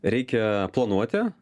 reikia planuoti